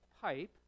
pipe